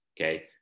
okay